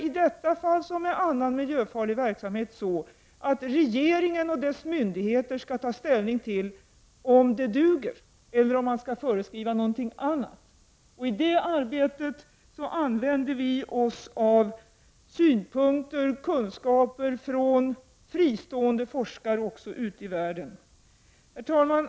I detta fall, som med all annan miljöfarlig verksamhet, skall regeringen och dess myndigheter ta ställning till om åtgärderna är till fyllest eller om man skall föreskriva något annat. I detta arbete använder vi oss också av synpunkter och kunskaper från fristående forskare ute i världen. Herr talman!